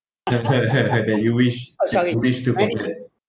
that you wish you wish to forget